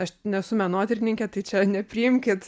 aš nesu menotyrininkė tai čia nepriimkit